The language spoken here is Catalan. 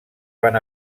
van